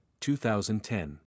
2010